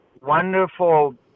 wonderful